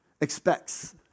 expects